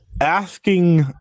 asking